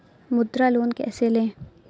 मुद्रा लोन कैसे ले?